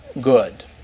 good